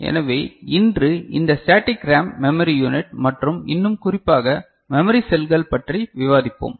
எனவே இன்று இந்த ஸ்டேடிக் ரேம் மெமரி யூனிட் மற்றும் இன்னும் குறிப்பாக மெமரி செல்கள் பற்றி விவாதிக்கிறோம்